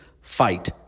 fight